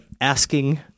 asking